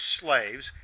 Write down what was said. slaves